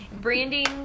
Branding